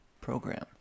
Program